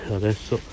adesso